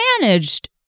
managed